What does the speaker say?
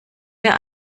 der